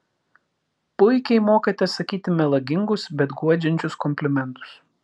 puikiai mokate sakyti melagingus bet guodžiančius komplimentus